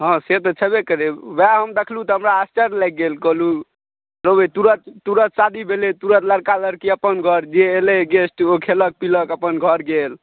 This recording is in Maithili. हँ से तऽ छयबे करै वाऽ हम देखलहुँ तऽ हमरा आश्चर्य लागि गेल कहलहुँ तुरत शादी भेलै तुरत लड़का लड़की अपन घर जे एलै गेस्ट ओ खयलक पीलक अपन घर गेल